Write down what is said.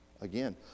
again